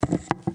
ממשרד האוצר?